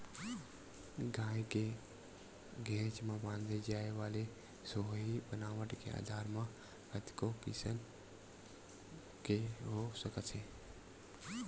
गाय के घेंच म बांधे जाय वाले सोहई बनावट के आधार म कतको किसम के हो सकत हे